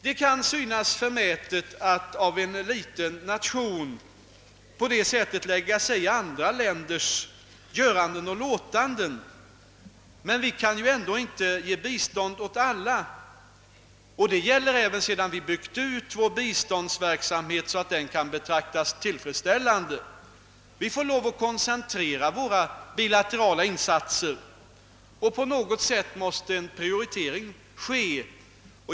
Det kan synas förmätet av ett litet land att på det sättet lägga sig i andra länders göranden och låtanden, men vi kan ju ändå inte ge bistånd åt alla. Det gäller även sedan vi byggt ut vår biståndsverksamhet så att den kan: betraktas som tillfredsställande. Vi måste koncentrera våra bilaterala insatser, och på något sätt måste en prioritering ske.